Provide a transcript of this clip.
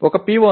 தொடர்புபடுத்தக்கூடிய விஷயமாக இயல்பாக்கப்படுகின்றன